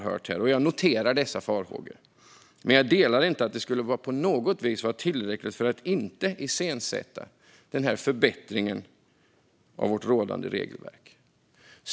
Jag noterar dessa farhågor men håller inte med om att de på något vis skulle vara tillräckliga för att inte iscensätta denna förbättring av rådande regelverk.